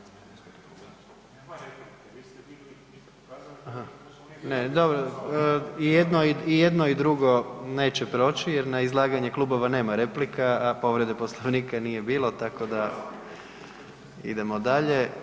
Aha, ne, dobro i jedno i drugo neće proći jer na izlaganje klubova nema replika, a povreda Poslovnika nije bilo, tako da, idemo dalje.